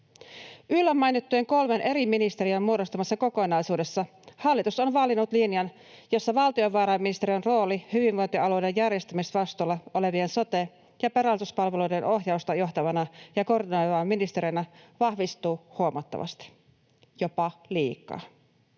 Yllä mainittujen kolmen eri ministeriön muodostamassa kokonaisuudessa hallitus on valinnut linjan, jossa valtiovarainministeriön rooli hyvinvointialueiden järjestämisvastuulla olevien sote- ja pelastuspalveluiden ohjausta johtavana ja koordinoivana ministeriönä vahvistuu huomattavasti, jopa liikaa.